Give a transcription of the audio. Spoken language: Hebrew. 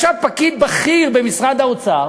ישב פקיד בכיר במשרד האוצר